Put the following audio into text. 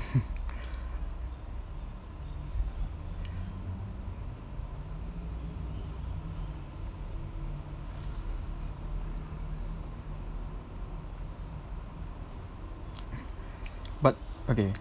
but okay